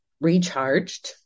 recharged